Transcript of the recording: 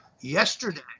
yesterday